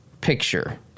picture